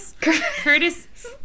Curtis